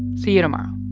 see you tomorrow